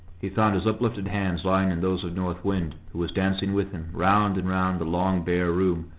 he found his uplifted hands lying in those of north wind, who was dancing with him, round and round the long bare room,